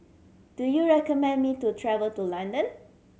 do you recommend me to travel to London